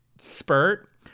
spurt